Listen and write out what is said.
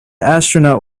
astronaut